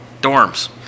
dorms